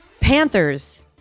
Panthers